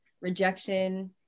rejection